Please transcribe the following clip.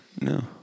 No